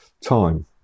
time